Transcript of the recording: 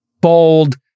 bold